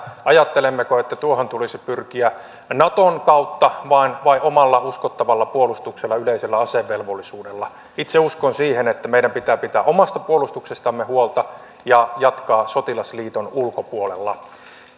ajattelemmeko että tuohon tulisi pyrkiä naton kautta vai omalla uskottavalla puolustuksella ja yleisellä asevelvollisuudella itse uskon siihen että meidän pitää pitää omasta puolustuksestamme huolta ja jatkaa sotilasliiton ulkopuolella